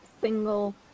single